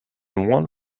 one